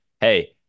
hey